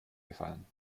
gefallen